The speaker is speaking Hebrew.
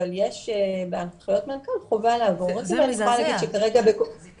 אבל יש בהנחיות מנכ"ל חובה לעבור את זה ואני יכולה להגיד שכרגע בקופות